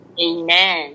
Amen